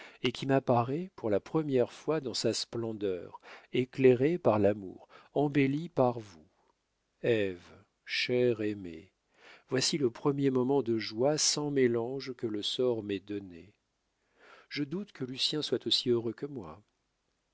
et qui m'apparaît pour la première fois dans sa splendeur éclairée par l'amour embellie par vous ève chère aimée voici le premier moment de joie sans mélange que le sort m'ait donné je doute que lucien soit aussi heureux que moi